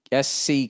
SC